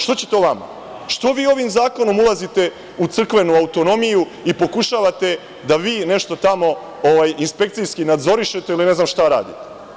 Što vi ovim zakonom ulazite u crkvenu autonomiju i pokušavate da vi nešto tamo inspekcijski nadzorišete ili ne znam šta radite?